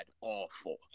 awful